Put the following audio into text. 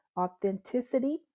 authenticity